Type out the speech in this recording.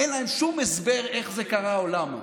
אין להם שום הסבר איך זה קרה או למה.